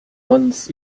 uns